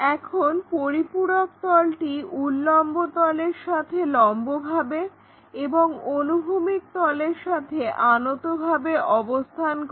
এখন পরিপূরক তলটি উল্লম্ব তলের সাথে লম্বভাবে এবং অনুভূমিক তলের সাথে আনতভাবে অবস্থান করে